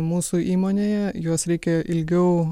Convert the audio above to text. mūsų įmonėje juos reikėjo ilgiau